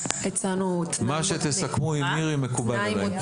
--- מה שתסכמו עם מירי מקובל עליי.